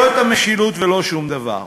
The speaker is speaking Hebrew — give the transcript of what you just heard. לא את המשילות ולא שום דבר.